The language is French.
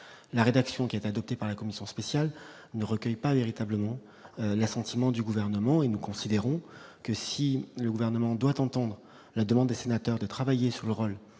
la rédaction qui est adopté par la commission spéciale ne recueille pas véritablement l'assentiment du gouvernement et nous considérons que si le gouvernement doit entendre la demande des sénateurs de travailler sur le rôle